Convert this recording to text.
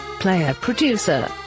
player-producer